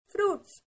Fruits